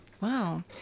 wow